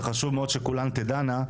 וחשוב מאוד שכולן תדענה,